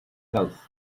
health